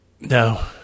No